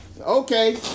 okay